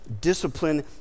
discipline